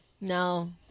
No